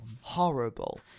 horrible